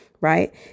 right